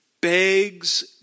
begs